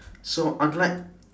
so unlike